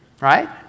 right